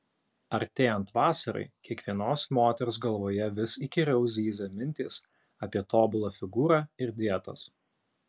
artėjant vasarai kiekvienos moters galvoje vis įkyriau zyzia mintys apie tobulą figūrą ir dietas